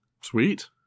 sweet